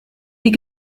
wie